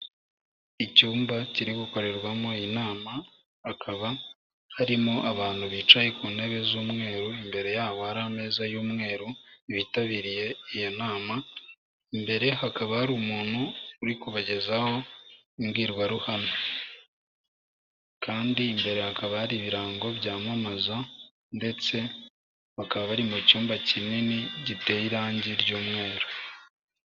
Icyumba kiri gukorerwamo inama, hakaba harimo abantu bicaye ku ntebe z'umweru, imbere yabo hari ameza y'umweru, bitabiriye iyo nama, imbere hakaba hari umuntu uri kubagezaho imbwirwaruhame, kandi imbere hakaba hari ibirango byamamaza, ndetse bakaba bari mu cyumba kinini, giteye irangi ry'umweru.